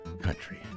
Country